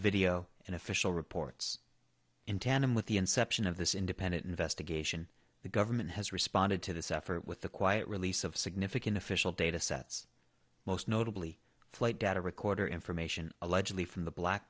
video and official reports in tandem with the inception of this independent investigation the government has responded to this effort with the quiet release of significant official data sets most notably flight data recorder information allegedly from the black